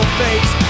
face